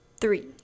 Three